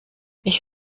ich